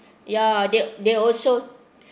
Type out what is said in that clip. ya they they also